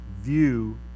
view